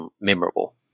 memorable